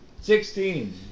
Sixteen